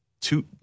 two